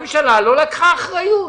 הממשלה לא לקחה אחריות.